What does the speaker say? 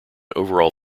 overall